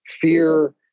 fear